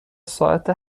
ساعت